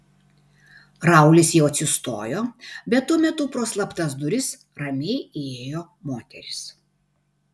raulis jau atsistojo bet tuo metu pro slaptas duris ramiai įėjo moteris